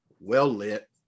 well-lit